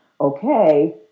okay